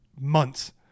months